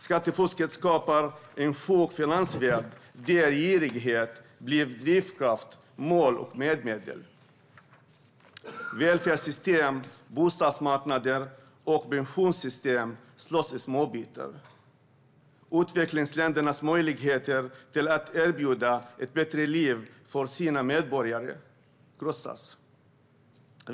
Skattefusket skapar en sjuk finansvärld där girighet blir drivkraft, mål och medel. Välfärdssystem, bostadsmarknader och pensionssystem slås i småbitar. Utvecklingsländernas möjligheter att erbjuda ett bättre liv för sina medborgare krossas.